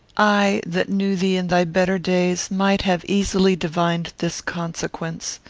i, that knew thee in thy better days, might have easily divined this consequence.